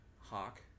Hawk